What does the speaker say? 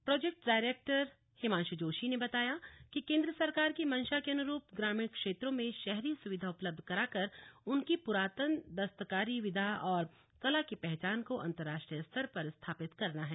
project director Himanshu Joshi ने बताया की केंद्र सरकार की मंशा के अनुरूप ग्रामीण क्षेत्रों में शहरी सुविधा उपलब्ध कराकर उनकी पुरातन दस्तकारी विधा और कला की पहचान को अंतर्राष्ट्रीय स्तर पर स्थापित करना है